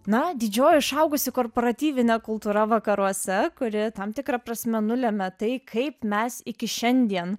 na didžioji išaugusi korporatyvinė kultūra vakaruose kuri tam tikra prasme nulėmė tai kaip mes iki šiandien